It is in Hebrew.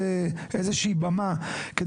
או במה מספקת.